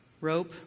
rope